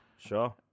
Sure